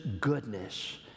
goodness